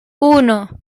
uno